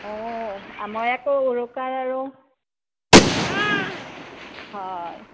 অ' আমাৰ আকৌ উৰুকাৰ আৰু হয়